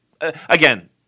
Again